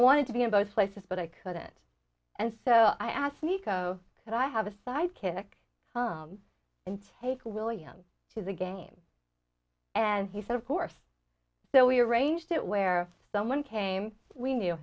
wanted to be in both places but i couldn't and so i asked nico and i have a sidekick and take william to the game and he said of course so we arranged it where someone came we knew